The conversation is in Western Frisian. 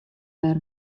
wer